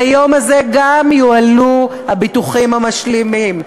ביום הזה גם יועלו הביטוחים המשלימים,